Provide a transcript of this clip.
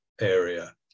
area